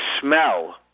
smell